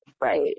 right